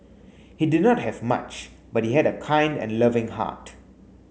he did not have much but he had a kind and loving heart